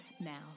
Now